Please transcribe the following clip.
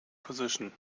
position